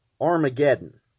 Armageddon